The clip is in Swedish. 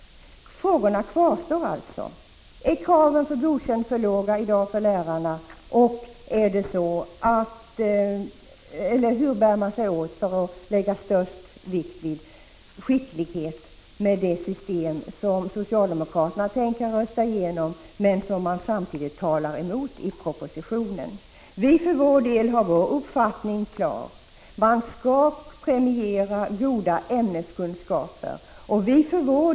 Frågorna kvarstår alltså. Är kraven för betyget Godkänd i lärarutbildningen i dag för låga? Hur bär man sig åt för att lägga störst vikt vid skicklighet med det system som socialdemokraterna nu tänker rösta igenom men som regeringen talar emot i propositionen? Vi har vår uppfattning klar. Goda ämneskunskaper skall premieras.